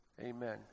amen